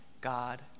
God